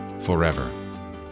forever